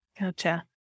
Gotcha